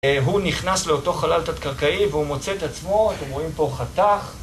הוא נכנס לאותו חלל תת-קרקעי והוא מוצא את עצמו, אתם רואים פה חתך